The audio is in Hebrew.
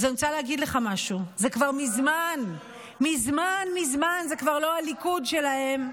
אז אני רוצה להגיד לך משהו: זה כבר מזמן מזמן לא הליכוד שלהם.